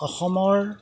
অসমৰ